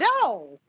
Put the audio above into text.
No